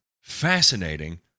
fascinating